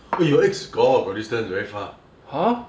!aiyo! eggs got got distance very far